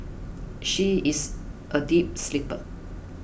she is a deep sleeper